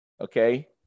Okay